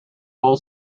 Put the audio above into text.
full